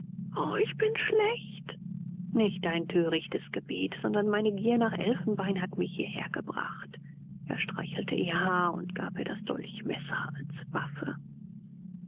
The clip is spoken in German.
ich bin schlecht nicht dein törichtes gebet sondern meine gier nach elfenbein hat mich hierher gebracht er streichelte ihr haar und gab ihr das dolchmesser als waffe